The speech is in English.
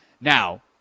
Now